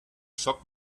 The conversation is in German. schock